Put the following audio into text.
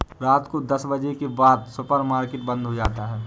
रात को दस बजे के बाद सुपर मार्केट बंद हो जाता है